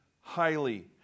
highly